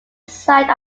site